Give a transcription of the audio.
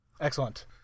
Excellent